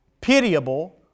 pitiable